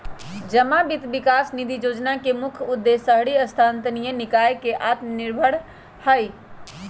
जमा वित्त विकास निधि जोजना के मुख्य उद्देश्य शहरी स्थानीय निकाय के आत्मनिर्भर हइ